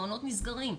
מעונות נסגרים,